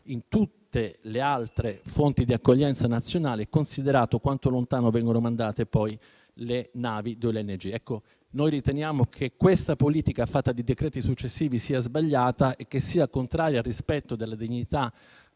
in tutte le altre fonti di accoglienza nazionali, considerato quanto lontano vengono mandate poi le navi delle ONG. Noi riteniamo che questa politica fatta di decreti successivi sia sbagliata e contraria al rispetto della dignità